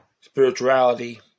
spirituality